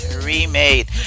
remade